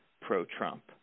pro-Trump